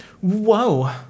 whoa